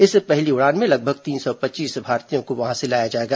इस पहली उड़ान में लगभग तीन सौ पच्चीस भारतीयों को वहां से लाया जाएगा